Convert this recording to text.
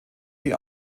die